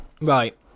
Right